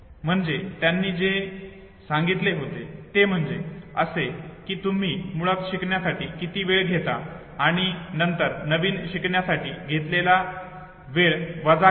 म्हणजे त्यांनी जे सांगितले होते ते म्हणजे असे की तुम्ही मुळात शिकण्यासाठी किती वेळ घेता आणि नंतर नवीन शिकण्यासाठी घेतलेला वेळ वजा केला